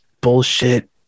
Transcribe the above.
bullshit